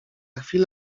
chwilę